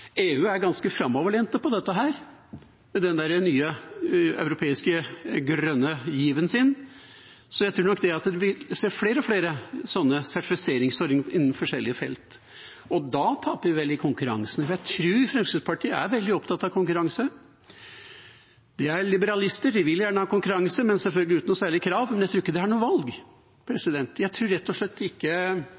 nok vi vil se flere og flere slike sertifiseringsordninger innen forskjellige felt. Og da taper vi i konkurransen. Jeg tror Fremskrittspartiet er veldig opptatt av konkurranse. De er liberalister, de vil gjerne ha konkurranse, men sjølsagt uten noen særlige krav. Men jeg tror ikke vi har noe valg. Jeg tror rett og slett ikke